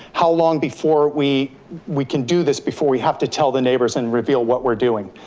how long before we we can do this before we have to tell the neighbors and reveal what we're doing?